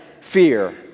fear